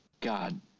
God